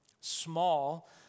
Small